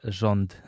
rząd